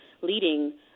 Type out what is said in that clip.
leading